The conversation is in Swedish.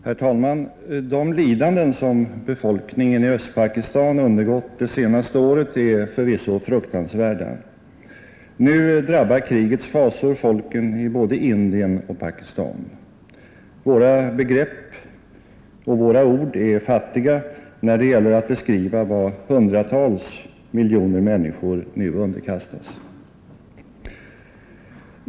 Herr talman! De lidanden som befolkningen i Östpakistan undergått det senaste året är förvisso fruktansvärda. Nu drabbar krigets fasor folken i både Indien och Pakistan. Våra begrepp och våra ord är fattiga när det gäller att beskriva vad hundratals miljoner människor nu underkastas.